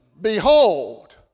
behold